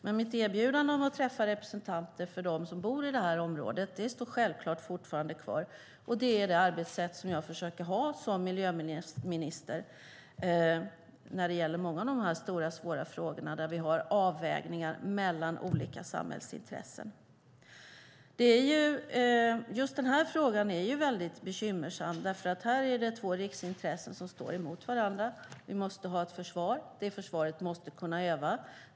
Men mitt erbjudande att träffa representanter för dem som bor i området står självklart fortfarande kvar. Det är det arbetssätt som jag försöker ha som miljöminister när det gäller många av dessa stora och svåra frågor där vi har avvägningar mellan olika samhällsintressen. Just den här frågan är mycket bekymmersam, eftersom det är två riksintressen som står emot varandra. Vi måste ha ett försvar. Det försvaret måste kunna öva.